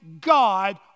God